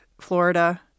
Florida